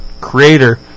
creator